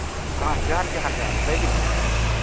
ᱦᱳᱭ ᱡᱚᱦᱟᱨ ᱡᱚᱦᱟᱨ ᱡᱚᱦᱟᱨ ᱞᱟᱹᱭ ᱵᱤᱱ ᱢᱟᱥᱮ